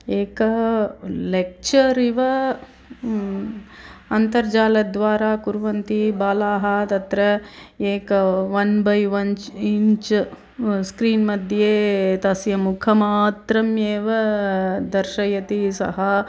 एक लेक्चर् इव अन्तर्जालद्वारा कुर्वन्ति बालाः तत्र एक वन् बै वन् इञ्च् स्क्रीन्मध्ये तस्य मुखमात्रम् एव दर्शयति सः